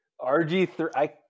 RG3